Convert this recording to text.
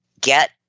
get